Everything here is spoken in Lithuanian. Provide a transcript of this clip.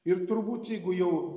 ir turbūt jeigu jau